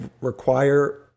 require